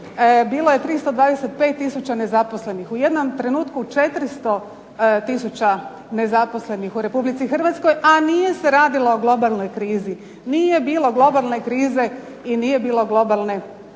bilo je 325 tisuća nezaposlenih. U jednom trenutku 400 tisuća nezaposlenih u Republici Hrvatskoj, a nije se radilo o globalnoj krizi, nije bilo globalne krize i nije bilo globalne